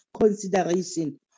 consideration